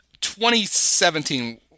2017